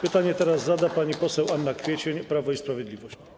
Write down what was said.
Pytanie zada pani poseł Anna Kwiecień, Prawo i Sprawiedliwość.